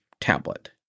tablet